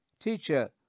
Teacher